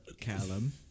Callum